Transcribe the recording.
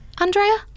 Andrea